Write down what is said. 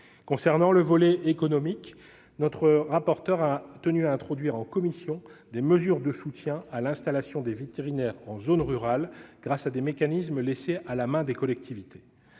Concernant le volet économique, notre rapporteur a tenu à introduire en commission des mesures de soutien à l'installation des vétérinaires en zone rurale grâce à des mécanismes laissés à la main des collectivités.